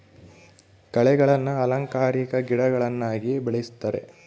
ಕಳೆಗಳನ್ನ ಅಲಂಕಾರಿಕ ಗಿಡಗಳನ್ನಾಗಿ ಬೆಳಿಸ್ತರೆ